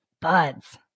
Buds